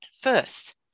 first